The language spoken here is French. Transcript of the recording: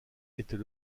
était